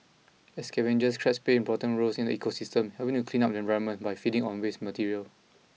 as scavengers crabs play important roles in the ecosystem helping to clean up the environment by feeding on waste material